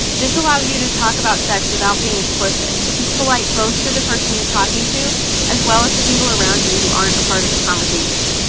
this allows you to talk about sex without being explicit, which is polite both to the person you're talking to as well as the people around you who aren't a part of the conversation.